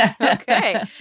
Okay